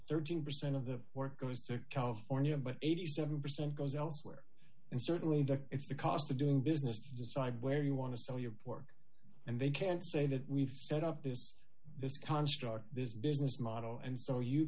thirteen percent of the work goes to california but eighty seven percent goes elsewhere and certainly that it's the cost of doing business decide where you want to sell your pork and they can say that we've set up this this construct this business model and so you